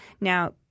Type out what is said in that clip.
now